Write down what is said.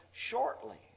shortly